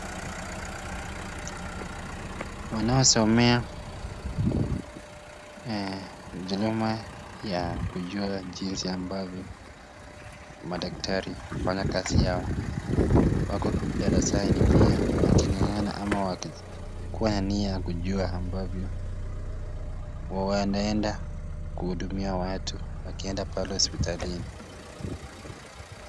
Wanaosomea huduma ya kujua jinsi ambavyo madaktari hufanya kazi zao .Wako darasani pia waking'ang'ana ama wakikuwa nia kujua ambavyo wanaenda kuhudumia watu wakienda pale hospitalini.